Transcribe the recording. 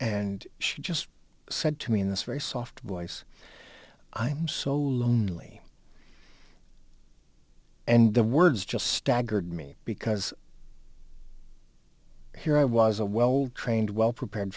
and she just said to me in this very soft voice i'm so lonely and the words just staggered me because here i was a well trained well prepared